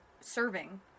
serving